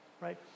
right